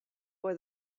for